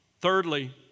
Thirdly